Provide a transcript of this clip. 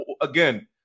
again